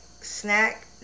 snack